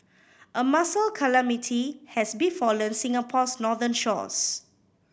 a mussel calamity has befallen Singapore's northern shores